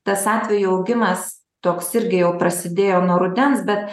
tas atvejų augimas toks irgi jau prasidėjo nuo rudens bet